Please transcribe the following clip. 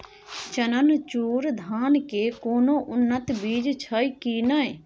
चननचूर धान के कोनो उन्नत बीज छै कि नय?